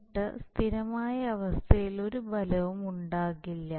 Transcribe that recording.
എന്നിട്ട് സ്ഥിരമായ അവസ്ഥയിൽ ഒരു ഫലവും ഉണ്ടാകില്ല